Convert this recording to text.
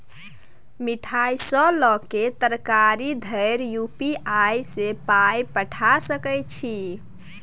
मिठाई सँ लए कए तरकारी धरि यू.पी.आई सँ पाय पठा सकैत छी